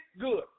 good